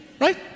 right